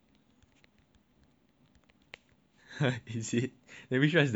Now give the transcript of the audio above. !huh! is it then which one is the low